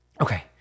Okay